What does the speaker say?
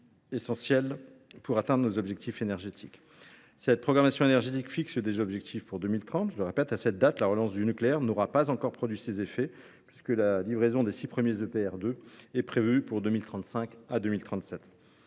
essentiel pour atteindre nos objectifs énergétiques. Cette programmation énergétique fixe des objectifs pour 2030 ; à cette date, la relance du nucléaire n’aura pas encore produit ses effets, puisque la livraison des six premiers EPR2 est prévue pour 2035 à 2037.